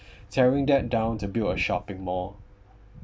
tearing that down to build a shopping mall